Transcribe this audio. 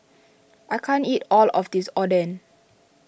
I can't eat all of this Oden